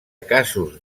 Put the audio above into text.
casos